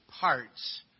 parts